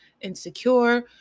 Insecure